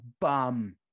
bum